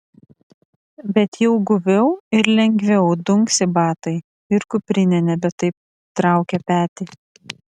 bet jau guviau ir lengviau dunksi batai ir kuprinė nebe taip traukia petį